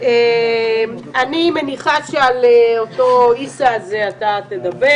אני מניחה שעל אותו עיסא הזה אתה תדבר